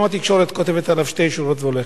גם התקשורת כותבת עליו שתי שורות והולכת.